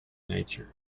nature